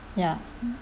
ya